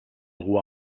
algú